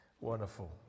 Wonderful